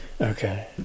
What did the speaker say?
Okay